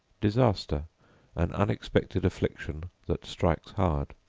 disaster an unexpected affliction that strikes hard.